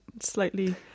slightly